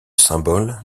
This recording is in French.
symbole